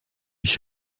ich